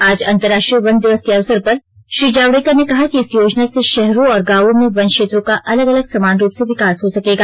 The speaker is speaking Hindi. आज अंतर्राष्ट्रीय वन दिवस के अवसर पर श्री जावड़ेकर ने कहा कि इस योजना से शहरों और गांवों में वन क्षेत्रों का अलग अलग समान रूप से विकास हो सकेगा